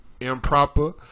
Improper